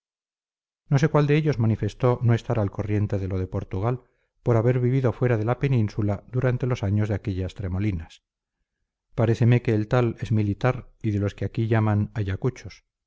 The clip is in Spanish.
no sé cuál de ellos manifestó no estar al corriente de lo de portugal por haber vivido fuera de la península durante los años de aquellas tremolinas paréceme que el tal es militar y de los que aquí llaman ayacuchos y entonces d juan álvarez a instancias de